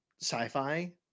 sci-fi